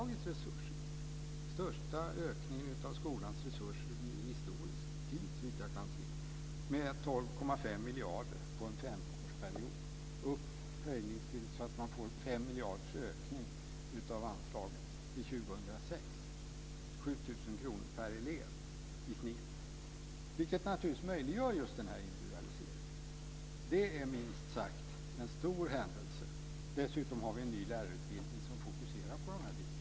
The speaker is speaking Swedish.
Det är den största ökningen av skolans resurser i historisk tid, såvitt jag kan se, med 12,5 miljarder under en femårsperiod - en höjning så att man får 5 miljarders ökning av anslaget till 2006. Det innebär i snitt 7 000 kr per elev. Det möjliggör en sådan här individualisering. Det är minst sagt en stor händelse. Dessutom har vi en ny lärarutbildning som fokuseras på de här bitarna.